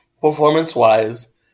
Performance-wise